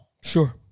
sure